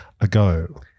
ago